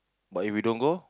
but if we don't go